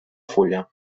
fulla